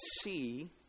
see